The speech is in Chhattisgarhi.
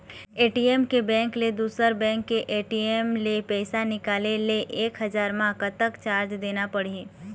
ए.टी.एम के बैंक ले दुसर बैंक के ए.टी.एम ले पैसा निकाले ले एक हजार मा कतक चार्ज देना पड़ही?